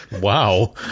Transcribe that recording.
Wow